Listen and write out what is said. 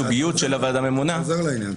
אתה חוזר לעניין,